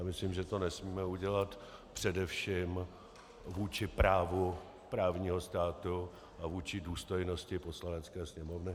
Já myslím, že to nesmíme udělat především vůči právu právního státu a vůči důstojnosti Poslanecké sněmovny.